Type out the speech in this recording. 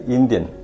Indian